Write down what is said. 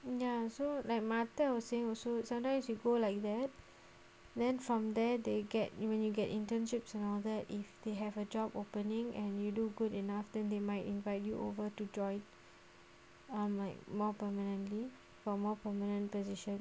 ya so like matel was saying also sometimes you go like that then from there they get you mean you get internships and all that if they have a job opening and you do good enough then they might invite you over to join on like more permanently for more permanent positions